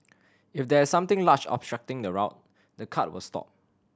if there is something large obstructing the route the cart will stop